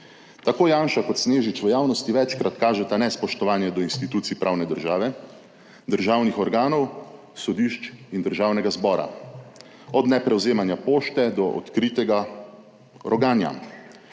Tako Janša kot Snežič v javnosti večkrat kažeta nespoštovanje do institucij pravne države, državnih organov, sodišč in državnega zbora od neprevzemanja pošte do odkritega roganja.